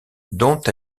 dont